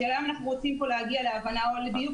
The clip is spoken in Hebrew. השאלה היא אם אנחנו רוצים להגיע להבנה או ---,